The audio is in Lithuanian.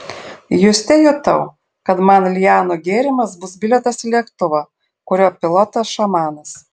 juste jutau kad man lianų gėrimas bus bilietas į lėktuvą kurio pilotas šamanas